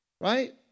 right